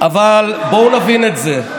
אבל בואו נבין את זה,